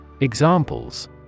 Examples